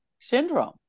syndrome